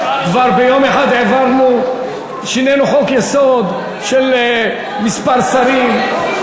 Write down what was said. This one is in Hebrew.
כבר שינינו ביום אחד חוק-יסוד של מספר שרים.